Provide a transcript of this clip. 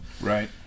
right